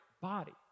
body